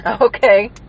Okay